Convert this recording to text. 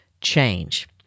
change